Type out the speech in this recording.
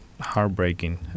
heartbreaking